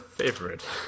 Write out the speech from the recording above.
Favorite